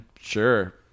Sure